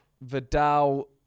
Vidal